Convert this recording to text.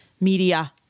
media